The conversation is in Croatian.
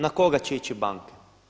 Na koga će ići banke?